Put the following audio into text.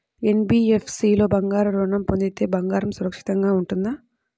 NBFC లో బంగారు ఋణం పొందితే బంగారం సురక్షితంగానే ఉంటుందా?